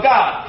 God